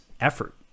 effort